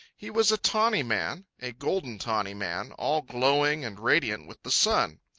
he was a tawny man, a golden-tawny man, all glowing and radiant with the sun.